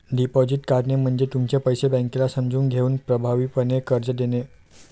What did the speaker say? deposit काढणे म्हणजे तुमचे पैसे बँकेला समजून घेऊन प्रभावीपणे कर्ज देणे